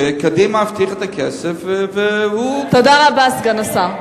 שקדימה הבטיחה את הכסף והוא, סגן השר,